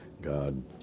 god